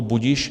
Budiž.